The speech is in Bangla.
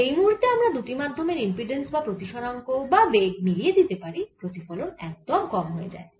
যেই মুহুর্তে আমরা দুটি মাধ্যমের ইম্পিড্যান্স বা প্রতিসরাঙ্ক বা বেগ মিলিয়ে দিতে পারি প্রতিফলন একদম কম হয়ে যায়